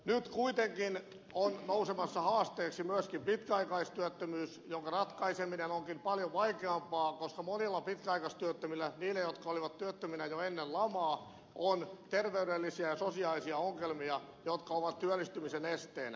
nyt kuitenkin on nousemassa haasteeksi myöskin pitkäaikaistyöttömyys jonka ratkaiseminen onkin paljon vaikeampaa koska monilla pitkäaikaistyöttömillä niillä jotka olivat työttöminä jo ennen lamaa on terveydellisiä ja sosiaalisia ongelmia jotka ovat työllistymisen esteenä